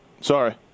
Sorry